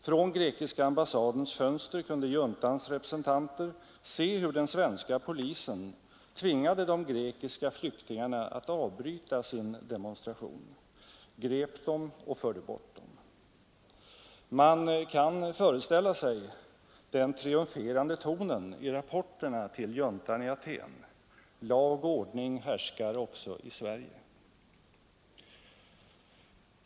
Från grekiska ambassadens fönster kunde juntans representanter se hur den svenska polisen tvingade de grekiska flyktingarna att avbryta sin demonstration, grep dem och förde bort dem. Man kan föreställa sig den triumferande tonen i rapporterna till juntan i Aten: Lag och ordning härskar också i Sverige.